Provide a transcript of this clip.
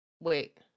Wait